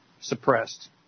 suppressed